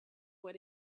what